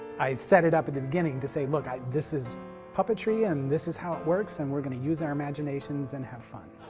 i set it up at the beginning to say look this is puppetry, and this is how it works, and we're gonna use our imaginations and have fun.